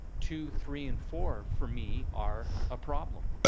two, three and four, for me, are a problem.